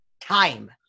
time